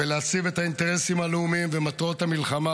ולהציב את האינטרסים הלאומיים ואת מטרות המלחמה